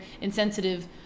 insensitive